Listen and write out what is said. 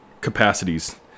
capacities